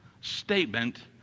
statement